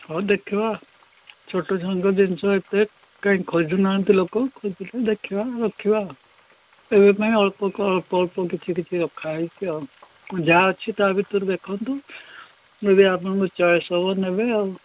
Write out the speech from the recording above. ହଉ ଦେଖିବା ଆଉ ଛୋଟ ଛୁଆଙ୍କ ଜିନିଷ ଏତେ କାଇଁ ଖୋଜୁନାହାନ୍ତି ଲୋକ ଖୋଜିଲେ ଦେଖିବା ରଖିବା ଆଉ ଏବେପାଇଁ ଅଳ୍ପ ଅଳ୍ପ ଅଳ୍ପ କିଛି କିଛି ରଖା ହେଇଛିି ଆଉ ଯାହା ଅଛି ତା ଭିତରୁ ଦେଖନ୍ତୁ ଯଦି ଆପଣଙ୍କୁ ଚଏସ୍ ହବ ନେବେ ଆଉ